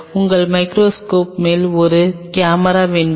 உங்கள் மைகிரோஸ்கோப் மேல் ஒரு கேமரா வேண்டுமா